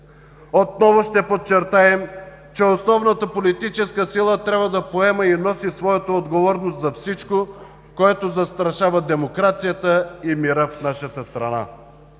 Отново ще подчертаем, че основната политическа сила трябва да поема и носи своята отговорност за всичко, което застрашава демокрацията и мира в нашата страна.